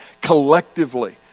Collectively